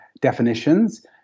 definitions